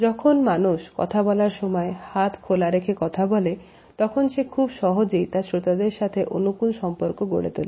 যখন মানুষ কথা বলার সময় হাত খোলা রেখে কথা বলে তখন সে খুব সহজেই তার শ্রোতাদের সাথে অনুকূল সম্পর্ক গড়ে তোলে